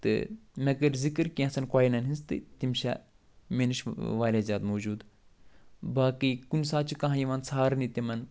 تہٕ مےٚ کٔر ذِکِر کٮ۪نٛژھن کۄینٛن ہِنٛز تہٕ تِم چھےٚ مےٚ نِش وارِیاہ زیادٕ موٗجوٗد باقی کُنہِ ساتہٕ چھِ کانٛہہ یِوان ژھارنہِ تِمن